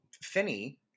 Finney